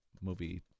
...movie